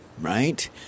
right